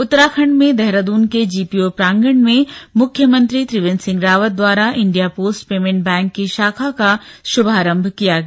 उत्तराखण्ड में देहरादून के जीपीओ प्रांगण में मुख्यमंत्री त्रिवेन्द्र सिंह रावत द्वारा इंडिया पोस्ट पेमेंट बैंक की शाखा का शुभारम्भ किया गया